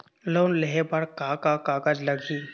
Loan लेहे बर का का कागज लगही?